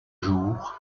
jours